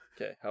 Okay